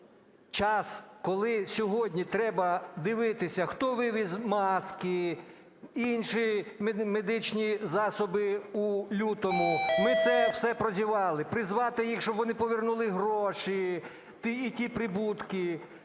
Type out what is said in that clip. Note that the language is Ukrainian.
час, коли сьогодні треба дивитися, хто вивіз маски, інші медичні засоби у лютому, ми це все прозєвали. Призвати їх, щоб вони повернули гроші і ті прибутки.